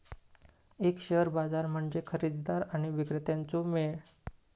एक शेअर बाजार म्हणजे खरेदीदार आणि विक्रेत्यांचो मेळ